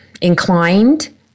inclined